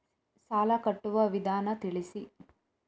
ಸಾಲ ಕಟ್ಟುವ ವಿಧಾನ ತಿಳಿಸಿ?